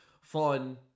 fun